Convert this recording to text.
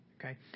Okay